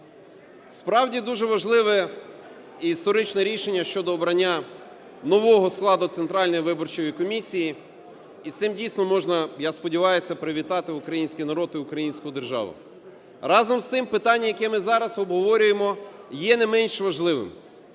Справді, дуже важливе історичне рішення щодо обрання нового складу Центральної виборчої комісії, і з цим, дійсно, можна, я сподіваюся, привітати український народ і українську державу. Разом з тим, питання, яке ми зараз обговорюємо є не менш важливим.